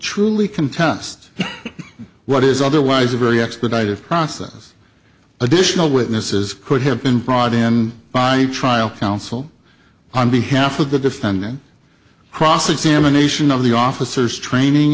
truly contest what is otherwise a very expedited process additional witnesses could have been brought in by trial counsel on behalf of the defendant cross examination of the officers training